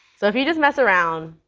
so if you just mess around,